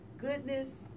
goodness